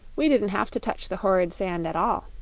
we didn't have to touch the horrid sand at all.